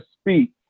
speak